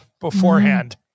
beforehand